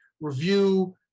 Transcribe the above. review